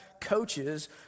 coaches